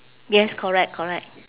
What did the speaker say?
yes correct correct